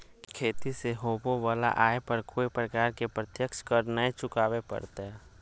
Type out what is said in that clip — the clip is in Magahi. खेती से होबो वला आय पर कोय प्रकार के प्रत्यक्ष कर नय चुकावय परतय